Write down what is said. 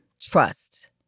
Trust